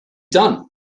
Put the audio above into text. done